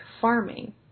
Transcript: farming